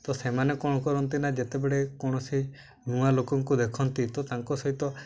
ତ ସେମାନେ କ'ଣ କରନ୍ତି ନା ଯେତେବେଳେ କୌଣସି ନୂଆ ଲୋକଙ୍କୁ ଦେଖନ୍ତି ତ ତାଙ୍କ ସହିତ